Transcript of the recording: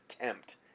attempt